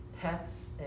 pets